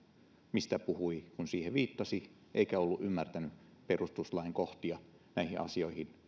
mistä puhui kun siihen viittasi eikä ollut ymmärtänyt perustuslain kohtia näihin asioihin